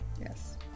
Yes